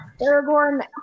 Aragorn